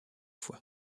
fois